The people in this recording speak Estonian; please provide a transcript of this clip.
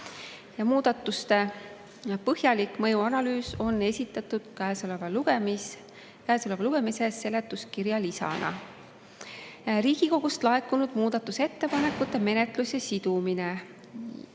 Muudatuste põhjalik mõjuanalüüs on esitatud käesoleva lugemise seletuskirja lisana. Riigikogust laekunud muudatusettepanekute menetlus ja sidumine.